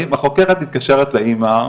החוקרת מתקשרת לאמא,